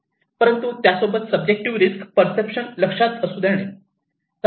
परंतु त्यासोबत subjective risk perception लक्षात असू देणे